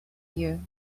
you